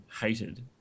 hated